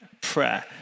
prayer